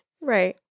right